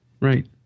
Right